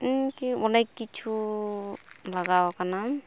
ᱮᱢᱚᱱᱠᱤ ᱚᱱᱮᱠ ᱠᱤᱪᱷᱩᱻ ᱞᱟᱜᱟᱣ ᱟᱠᱟᱱᱟ